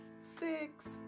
six